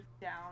down